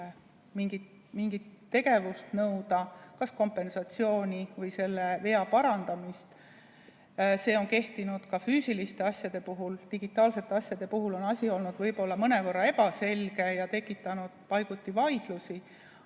mingit tegevust nõuda, kas kompensatsiooni või vea parandamist. See on kehtinud ka füüsiliste asjade puhul. Digitaalsete asjade puhul on asi olnud võib-olla mõnevõrra ebaselge ja tekitanud paiguti vaidlusi.